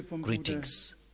greetings